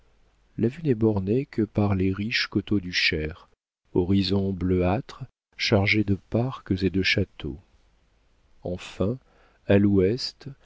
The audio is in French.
la vue n'est bornée que par les riches coteaux du cher horizon bleuâtre chargé de parcs et de châteaux enfin à l'ouest